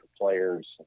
players